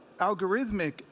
algorithmic